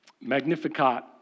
Magnificat